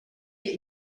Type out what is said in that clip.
you